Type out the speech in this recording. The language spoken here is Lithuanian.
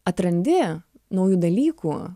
atrandi naujų dalykų